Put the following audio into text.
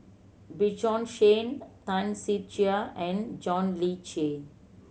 Bjorn Shen Tan Ser Cher and John Le Cain